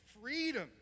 freedom